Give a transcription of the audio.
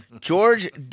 George